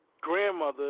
grandmother